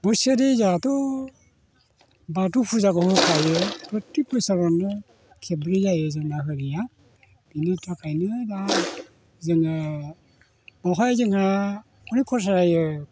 बोसोरै जाहाथ' बाथौ फुजाखौ होखायो फ्रथेख बोसोरावनो खेबब्रै जायो जोंना होनाया बिनि थाखायनो दा जोङो बावहाय जोंहा अनेख खरसा जायो